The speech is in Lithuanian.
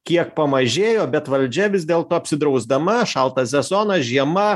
kiek pamažėjo bet valdžia vis dėlto apsidrausdama šaltas sezonas žiema